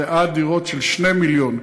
זה עד דירות של 2 מיליון,